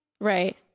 Right